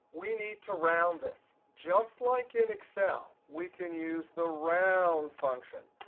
we need to round this. just like in excel, we can use the round function.